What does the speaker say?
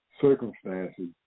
circumstances